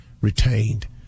retained